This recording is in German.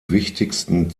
wichtigsten